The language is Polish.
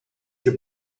się